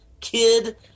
kid